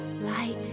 light